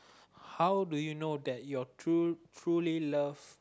how do you know that you truly love